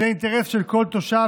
זהו אינטרס של כל תושב,